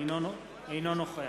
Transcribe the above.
אינו נוכח